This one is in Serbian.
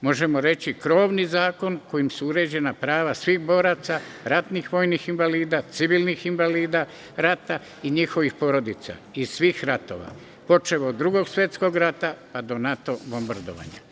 možemo reći krovni zakon kojim su uređena prava svih boraca, ratnih vojnih invalida, civilnih invalida rata i njihovih porodica iz svih ratova, počev od Drugog svetskog rata, pa do NATO bombardovanja.